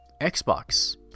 Xbox